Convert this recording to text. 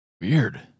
weird